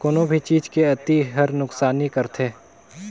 कोनो भी चीज के अती हर नुकसानी करथे